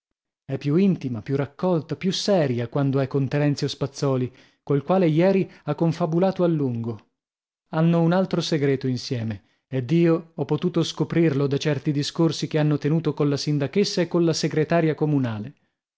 è più intima più raccolta più seria quando è con terenzio spazzòli col quale ieri ha confabulato a lungo hanno un altro segreto insieme ed io ho potuto scoprirlo da certi discorsi che hanno tenuto colla sindachessa e colla segretaria comunale